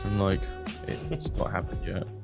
like it what happened yet?